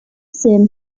sim